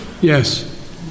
Yes